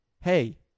Hey